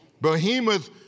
Behemoth